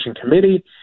committee